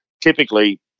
typically